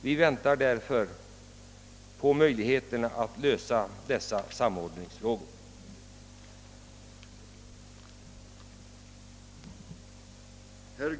Vi väntar därför på en lösning av dessa samordningsfrågor inom den allra närmaste tiden.